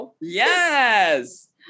yes